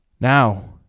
Now